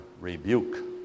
rebuke